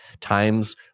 times